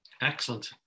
Excellent